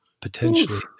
potentially